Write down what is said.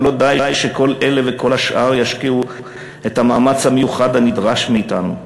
גם לא די שכל אלה וכל השאר ישקיעו את המאמץ המיוחד הנדרש מאתנו.